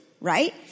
right